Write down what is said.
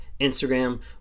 Instagram